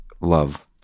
love